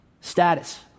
status